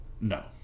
No